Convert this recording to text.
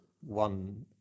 one